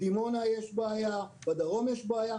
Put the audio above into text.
בדימונה יש בעיה, בדרום יש בעיה.